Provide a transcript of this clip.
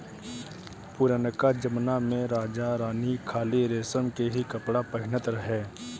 पुरनका जमना में राजा रानी खाली रेशम के ही कपड़ा पहिनत रहे